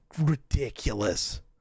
ridiculous